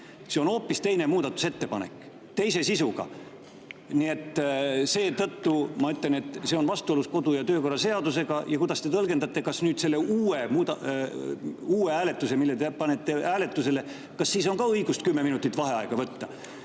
See on hoopis teine ettepanek, teise sisuga. Nii et seetõttu ma ütlen, et see on vastuolus kodu- ja töökorra seadusega. Kuidas te tõlgendate, kas nüüd selle uue [ettepaneku korral], mille te panete hääletusele, on ka õigus kümme minutit vaheaega võtta?